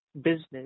business